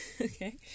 okay